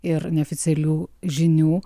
ir neoficialių žinių